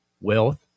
wealth